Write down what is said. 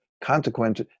consequence